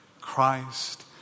Christ